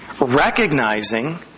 recognizing